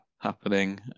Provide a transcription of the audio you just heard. happening